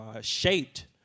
shaped